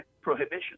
prohibition